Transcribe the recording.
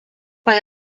bei